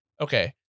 okay